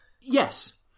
Yes